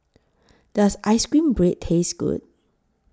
Does Ice Cream Bread Taste Good